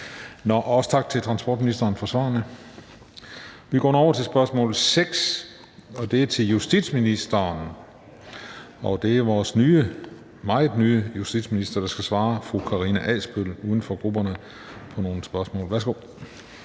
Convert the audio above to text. også tak til transportministeren for svarene. Vi går nu over til spørgsmål nr. 6, og det er til justitsministeren. Det er vores meget nye justitsminister, der skal svare fru Karina Adsbøl, uden for grupperne, på nogle spørgsmål. Kl.